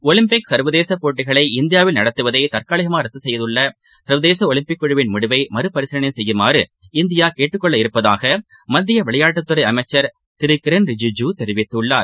Olympic சர்வதேசபோட்டிகளை இந்தியாவில் நடத்துவதைதற்காலிகமாகரத்துசெய்துள்ளசர்வதேசஒலிம்பிக் குழுவின் முடிவை மறு பரிசீலனைசெய்யுமாறு இந்தியாகேட்டுக்கொள்ளவிருப்பதாகமத்தியவிளையாட்டுத்துறைஅமைச்சர் திருகிரண் ரிஜூஜூ தெரிவித்துள்ளார்